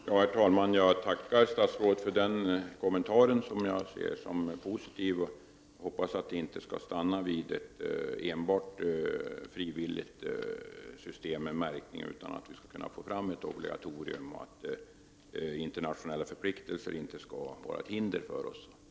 Herr talman! Jag tackar statsrådet för denna kommentar som jag ser som positiv. Jag hoppas att det inte skall stanna vid enbart ett frivilligt system med märkning utan att vi skall kunna få fram ett obligatorium samt att internationella förpliktelser inte skall vara ett hinder för oss.